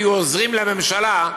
היו עוזרים לממשלה,